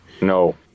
No